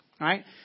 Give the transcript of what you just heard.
right